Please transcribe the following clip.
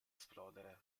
esplodere